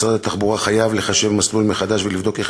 ומשרד התחבורה חייב לחשב מסלול מחדש ולבדוק איך